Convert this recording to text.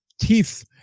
teeth